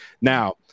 Now